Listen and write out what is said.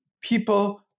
people